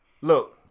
Look